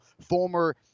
former